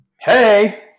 Hey